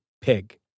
pig